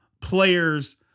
players